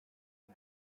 her